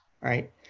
right